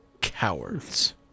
cowards